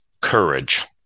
courage